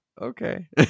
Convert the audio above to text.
okay